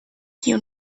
you